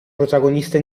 protagonista